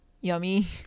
yummy